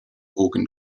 organ